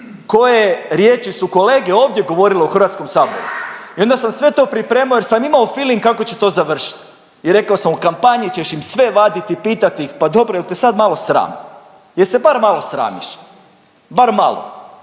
koje riječi su kolege ovdje govorile u HS i onda sam sve to pripremao jer sam imao filing kako će to završit i rekao sam u kampanji ćeš im sve vaditi i pitat ih, pa dobro je te sad malo sram, jel se bar malo sramiš, bar malo